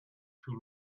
too